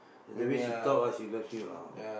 ya the way she talk ah she loves you lah